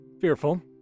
Fearful